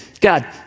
God